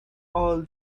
all